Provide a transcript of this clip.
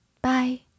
Bye